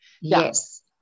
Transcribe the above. Yes